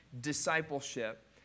discipleship